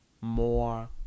more